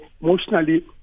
emotionally